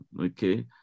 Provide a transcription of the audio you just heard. okay